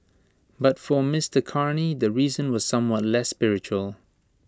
but for Mister Carney the reason was somewhat less spiritual